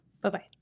Bye-bye